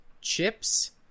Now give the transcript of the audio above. chips